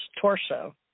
torso